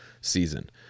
season